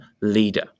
leader